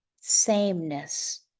sameness